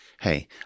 hey